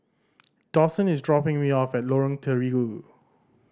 Dawson is dropping me off at Lorong Terigu